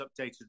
updated